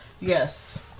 Yes